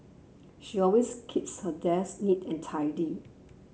she always keeps her desk neat and tidy